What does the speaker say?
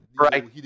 Right